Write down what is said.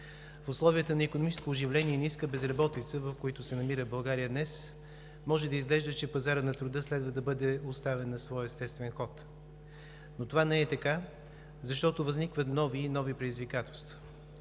В условията на икономическо оживление и ниска безработица, в които се намира България днес, може да изглежда, че пазарът на труда следва да бъде оставен на своя естествен ход, но това не е така, защото възникват нови и нови предизвикателства.